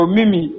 Mimi